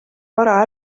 vara